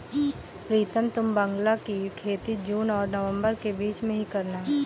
प्रीतम तुम बांग्ला की खेती जून और नवंबर के बीच में ही करना